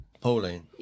Pauline